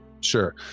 Sure